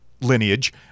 lineage